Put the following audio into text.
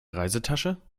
reisetasche